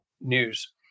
news